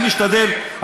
אני משתדל,